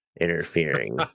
interfering